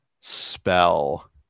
spell